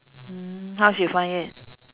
mm how she find it